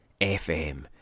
FM